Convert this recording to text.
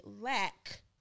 lack